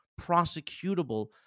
prosecutable